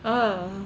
orh